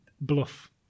bluff